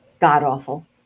god-awful